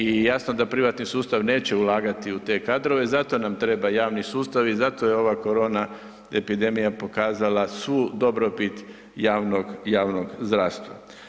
I jasno da privatni sustav neće ulagati u te kadrove, zato nam treba javni sustav i zato je ova korona epidemija pokazala svu dobrobit javnog, javnog zdravstva.